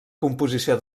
composició